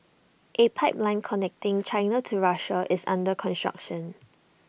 A pipeline connecting China to Russia is under construction